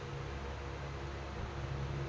ಬ್ಯಾಂಕಿನ ಬಡ್ಡಿ ಕಟ್ಟಲಿಲ್ಲ ಅಂದ್ರೆ ಏನ್ ಮಾಡ್ತಾರ?